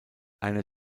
einer